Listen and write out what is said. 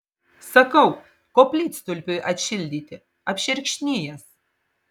sakau koplytstulpiui atšildyti apšerkšnijęs